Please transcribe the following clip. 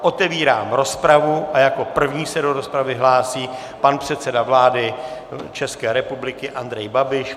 Otevírám rozpravu a jako první se do rozpravy hlásí pan předseda vlády České republiky Andrej Babiš.